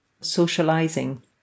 socializing